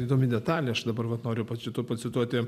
įdomi detalė aš dabar vat noriu paci pacituoti